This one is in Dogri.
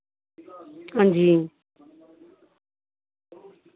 अंजी